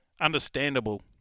understandable